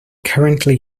currently